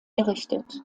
errichtet